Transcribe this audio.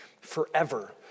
forever